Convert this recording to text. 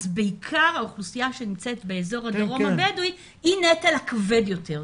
בעיקר האוכלוסייה הבדואית שנמצאת באזור הדרום היא הנטל הכבד יותר.